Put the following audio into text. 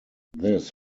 this